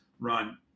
run